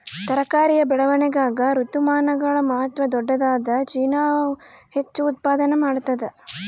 ತರಕಾರಿಯ ಬೆಳವಣಿಗಾಗ ಋತುಮಾನಗಳ ಮಹತ್ವ ದೊಡ್ಡದಾದ ಚೀನಾ ಹೆಚ್ಚು ಉತ್ಪಾದನಾ ಮಾಡ್ತದ